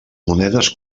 monedes